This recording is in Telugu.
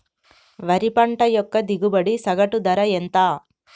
వరి పంట యొక్క దిగుబడి సగటు ధర ఎంత?